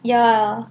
ya